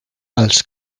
als